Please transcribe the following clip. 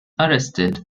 arrested